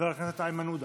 חבר הכנסת איימן עודה.